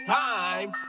time